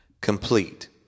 complete